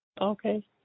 Okay